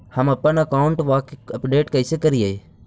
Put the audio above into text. हमपन अकाउंट वा के अपडेट कैसै करिअई?